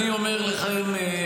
אני אומר לכם,